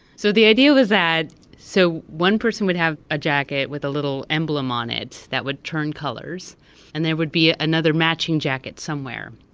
so the idea was that so one person would have a jacket with a little emblem on it that would turn colors and there would be another matching jacket somewhere.